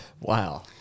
Wow